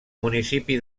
municipi